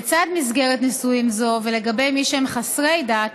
לצד מסגרת נישואין זו, ולגבי מי שהם חסרי דת